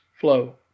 flow